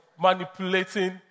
manipulating